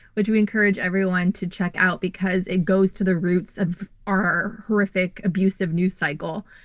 which we encourage everyone to check out because it goes to the roots of our horrific abusive news cycle.